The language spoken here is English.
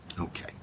Okay